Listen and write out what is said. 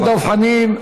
תודה לדב חנין.